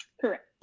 Correct